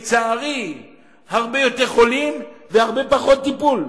לצערי, הרבה יותר חולים והרבה פחות טיפול.